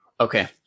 Okay